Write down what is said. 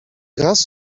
raz